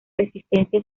resistencia